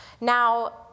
Now